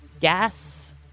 Gas